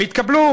והתקבלו